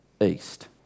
east